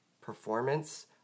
performance